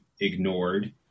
ignored